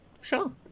Sure